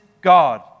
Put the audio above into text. God